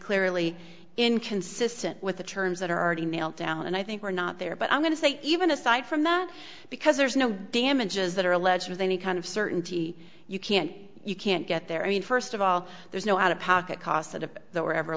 clearly inconsistent with the terms that are already nailed down and i think we're not there but i'm going to say even aside from that because there's no damages that are alleged with any kind of certainty you can't you can't get there i mean first of all there's no out of pocket costs that if there were ever